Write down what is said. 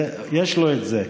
יש לו את זה.